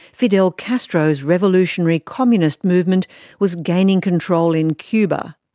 fidel castro's revolutionary communist movement was gaining control in cuba.